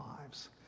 lives